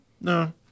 no